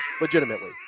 legitimately